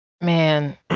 Man